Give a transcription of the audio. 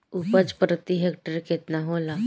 उपज प्रति हेक्टेयर केतना होला?